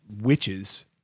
witches